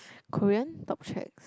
Korean top track